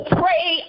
pray